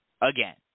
again